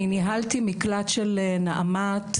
אני ניהלתי מקלט של נעמ"ת,